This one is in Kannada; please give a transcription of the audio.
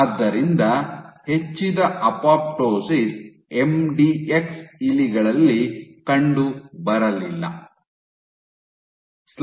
ಆದ್ದರಿಂದ ಹೆಚ್ಚಿದ ಅಪೊಪ್ಟೋಸಿಸ್ ಎಂಡಿಎಕ್ಸ್ ಇಲಿಗಳಲ್ಲಿ ಕಂಡುಬರಲಿಲ್ಲ